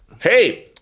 Hey